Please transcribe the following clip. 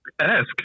Ask